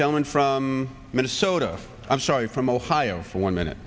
gentleman from minnesota i'm sorry from ohio for one minute